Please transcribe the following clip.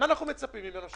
מה אנחנו מצפים ממנו?